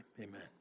Amen